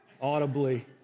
Audibly